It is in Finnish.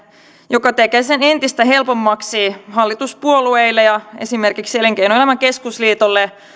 joka tekee entistä helpommaksi hallituspuolueille ja esimerkiksi elinkeinoelämän keskusliitolle